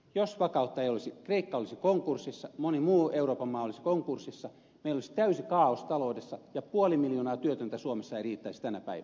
jos vakautta ei olisi kreikka olisi konkurssissa moni muu euroopan maa olisi konkurssissa meillä olisi täysi kaaos taloudessa ja puoli miljoonaa työtöntä suomessa ei riittäisi tänä päivänä